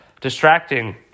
distracting